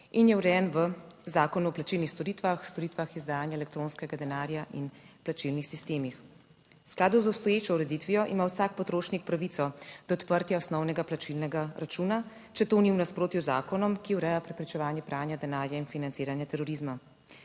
in je urejen v Zakonu o plačilnih storitvah, storitvah izdajanja elektronskega denarja in plačilnih sistemih. V skladu z obstoječo ureditvijo ima vsak potrošnik pravico do odprtja osnovnega plačilnega računa, če to ni v nasprotju z zakonom, ki ureja preprečevanje pranja denarja in financiranja terorizma.